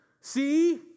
See